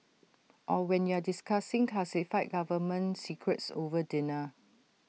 or when you're discussing classified government secrets over dinner